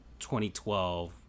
2012